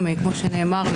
כמו שנאמר,